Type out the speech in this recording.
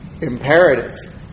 imperative